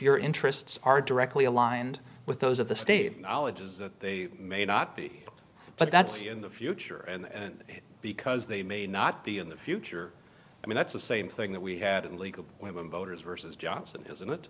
your interests are directly aligned with those of the state of knowledge is that they may not be but that's in the future and because they may not be in the future i mean that's the same thing that we had in league of women voters versus johnson isn't it